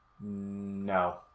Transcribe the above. No